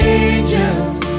angels